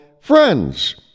Friends